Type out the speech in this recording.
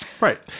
Right